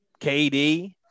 KD